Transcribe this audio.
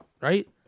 right